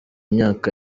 myaka